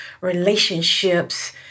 relationships